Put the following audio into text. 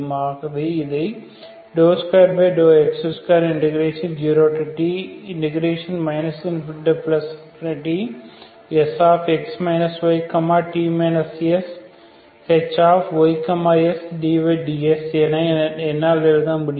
ஆகவே இதை 2x20t ∞Sx y t shy sdydsஎன என்னால் எழுத முடியும்